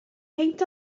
peint